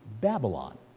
Babylon